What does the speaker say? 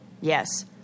Yes